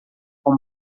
você